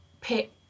pick